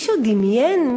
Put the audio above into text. מישהו דמיין?